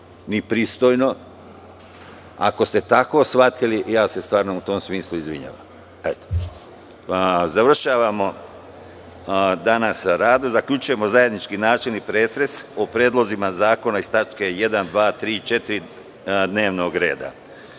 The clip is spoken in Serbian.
ni pristojno. Ako ste tako shvatili, ja se stvarno u tom smislu izvinjavam. Završavamo danas sa radom, zaključujemo zajednički načelni pretres o predlozima zakona iz tačke 1, 2, 3. i 4. dnevnog